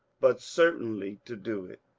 but certainly to do it?